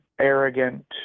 arrogant